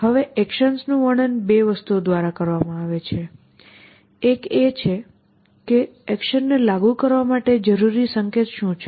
હવે એકશન્સનું વર્ણન 2 વસ્તુઓ દ્વારા કરવામાં આવે છે એક એ છે કે એક્શનને લાગુ કરવા માટે જરૂરી સંકેત શું છે